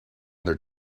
their